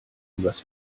übers